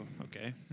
Okay